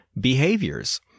behaviors